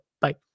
bye